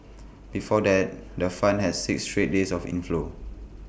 before that the fund had six straight days of inflows